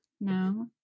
No